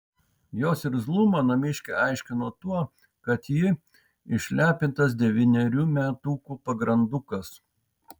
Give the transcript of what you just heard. jos irzlumą namiškiai aiškino tuo kad ji išlepintas devynerių metukų pagrandukas